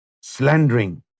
slandering